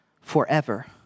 forever